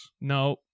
No